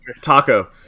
Taco